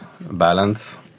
balance